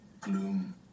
gloom